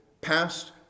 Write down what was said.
past